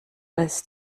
alles